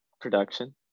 production